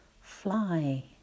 Fly